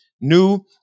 new